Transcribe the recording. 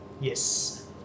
Yes